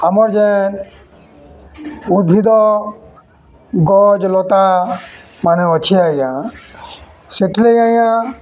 ଆମର୍ ଯେନ୍ ଉଦ୍ଭିଦ ଗଛ୍ ଲତାମାନେ ଅଛେ ଆଜ୍ଞା ସେଥିରେ ଆଜ୍ଞା